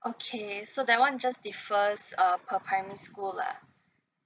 okay so that one just differs um for primary school lah